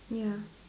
ya